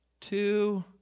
two